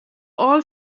all